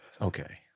Okay